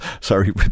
sorry